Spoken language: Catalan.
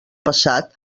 passat